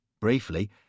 Briefly